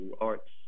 arts